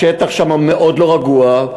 השטח שמה מאוד לא רגוע.